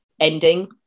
ending